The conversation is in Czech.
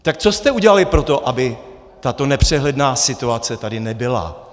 Tak co jste udělali pro to, aby tato nepřehledná situace tady nebyla?